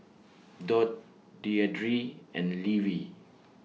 Dot Deidre and Levi